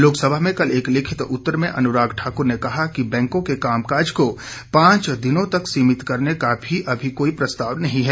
लोकसभा में कल एक लिखित उत्तर में अनुराग ठाक्र ने कहा कि बैंकों के कामकाज को पांच दिनों तक सीमित करने का अभी कोई प्रस्तााव नहीं है